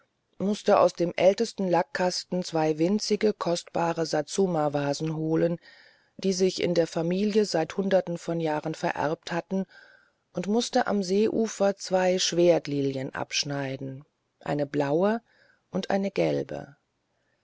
mußte aus dem ältesten lackkasten zwei winzige kostbare satsumavasen holen die sich in der familie seit hunderten von jahren vererbt hatten und mußte am seeufer zwei schwertlilien abschneiden eine blaue und eine gelbe